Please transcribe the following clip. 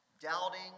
doubting